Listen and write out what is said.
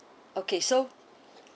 okay so